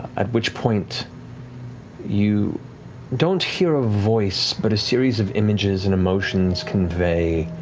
at which point you don't hear a voice, but a series of images and emotions convey